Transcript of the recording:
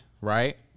right